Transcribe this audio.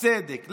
הצדק.